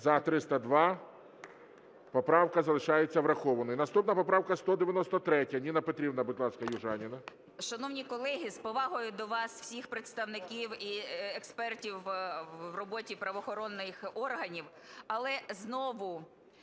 За-302 Поправка залишається врахованою. Наступна поправка 193. Ніна Петрівна, будь ласка, Южаніна. 11:36:36 ЮЖАНІНА Н.П. Шановні колеги, з повагою до вас всіх представників і експертів в роботі правоохоронних органів. Але знову